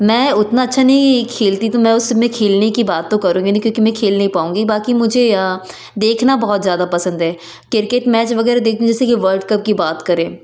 मैं उतना अच्छा नहीं खेलती तो मैं उसमें खेलने की बात तो करूँगी नहीं क्याोंकि मैं खेल नहीं पाऊँगी बाकी मुझे देखना बहुत ज़्यादा पसंद है किरकेट मैच वगैरह देखने जैसे कि वर्ल्ड कप की बात करें